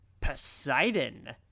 Poseidon